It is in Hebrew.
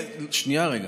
שנייה, רגע.